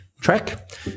track